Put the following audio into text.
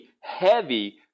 heavy